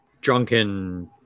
drunken